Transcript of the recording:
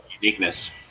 uniqueness